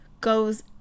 goes